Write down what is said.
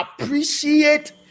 appreciate